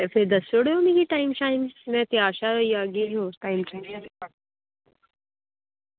अच्छा दस्सी ओड़ो टैम में त्यार होइयै आई जाह्गी उस टाईम